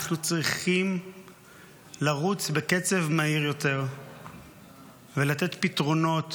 אנחנו צריכים לרוץ בקצב מהיר יותר ולתת פתרונות